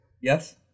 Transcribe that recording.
Yes